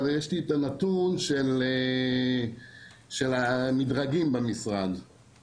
אבל יש לי את הנתון של המדרגים במשרד,